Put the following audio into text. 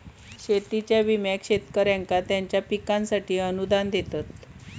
शेतीच्या विम्याक शेतकऱ्यांका त्यांच्या पिकांसाठी अनुदान देतत